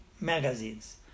magazines